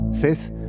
Fifth